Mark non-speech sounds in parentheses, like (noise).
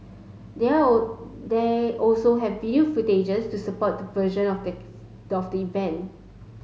they (unintelligible) they also have video footage to support their version (unintelligible) of events